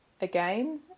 again